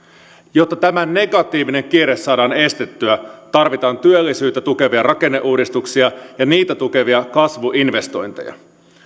jotta tämä negatiivinen kierre saadaan estettyä tarvitaan työllisyyttä tukevia rakenneuudistuksia ja niitä tukevia kasvuinvestointeja